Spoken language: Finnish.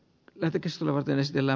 yritystalouteen sillä